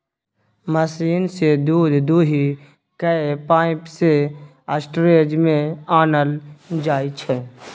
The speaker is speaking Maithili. मशीन सँ दुध दुहि कए पाइप सँ स्टोरेज मे आनल जाइ छै